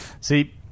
see